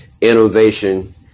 innovation